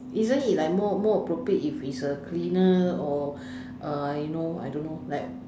isn't it like more more appropriate if it's a cleaner or uh you know I don't know like